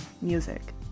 music